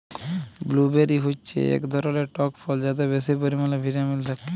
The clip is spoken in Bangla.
ব্লুবেরি হচ্যে এক ধরলের টক ফল যাতে বেশি পরিমালে ভিটামিল থাক্যে